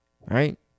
right